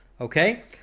okay